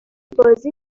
بازی